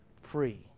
free